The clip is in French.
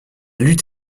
lutte